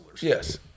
yes